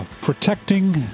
protecting